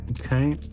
Okay